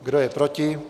Kdo je proti?